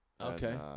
Okay